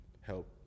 help